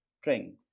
string